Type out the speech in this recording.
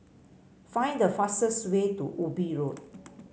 find the fastest way to Ubi Road